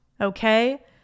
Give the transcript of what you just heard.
Okay